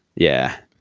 yeah.